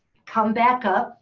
come back up.